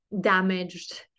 damaged